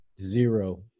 zero